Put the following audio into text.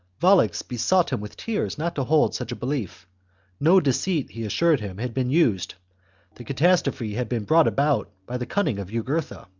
volux besought him with tears not to hold such a belief no deceit, he assured him, had been used the catastrophe had been brought about by the cunning of jugurtha,